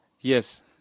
Yes